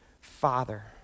Father